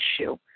issue